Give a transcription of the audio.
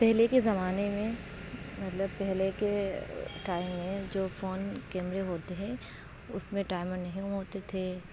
پہلے کے زمانے میں مطلب پہلے کے ٹائم میں جو فون کیمرے ہوتے ہیں اس میں ٹائمر نہیں ہوتے تھے